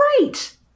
great